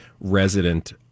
resident